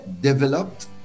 developed